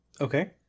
Okay